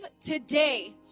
today